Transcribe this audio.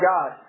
God